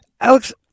Alex